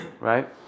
right